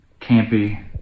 campy